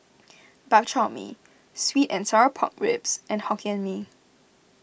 Bak Chor Mee Sweet and Sour Pork Ribs and Hokkien Mee